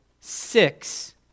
six